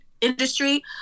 industry